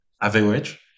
average